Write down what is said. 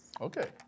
Okay